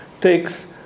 takes